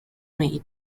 made